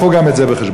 קחו גם את זה בחשבון.